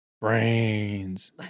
Brains